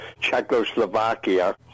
Czechoslovakia